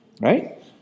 right